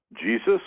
Jesus